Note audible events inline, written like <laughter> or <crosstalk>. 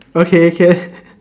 okay can <laughs>